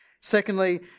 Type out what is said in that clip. Secondly